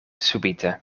subite